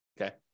okay